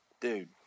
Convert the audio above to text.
Dude